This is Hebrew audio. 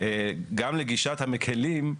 גם לגישת המקלים,